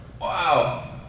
wow